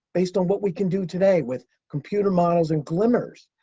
based on what we can do today with computer models and glimmers,